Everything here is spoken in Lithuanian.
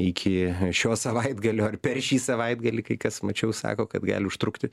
iki šio savaitgalio ar per šį savaitgalį kai kas mačiau sako kad gali užtrukti